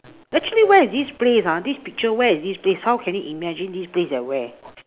actually where is this place ah this picture where is this place how can you imagine this place at where